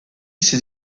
ses